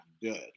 good